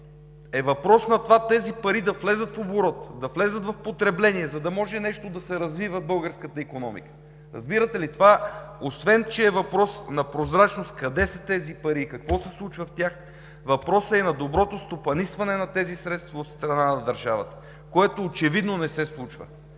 въпрос на това тези пари да влязат в оборот, да влязат в потребление, за да може нещо да се развива в българската икономика. Разбирате ли? Това, освен че е въпрос на прозрачност – къде са тези пари и какво се случва с тях, е въпрос и на доброто стопанисване на тези средства от страна на държавата, което очевидно не се случва.